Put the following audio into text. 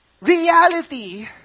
reality